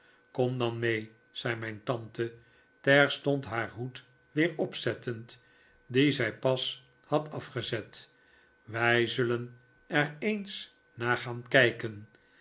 kom dan mee zei mijn tante terstond haar hoed weer opzettend dien zij pas had afgezet wij zullen er eens naar gaan kijken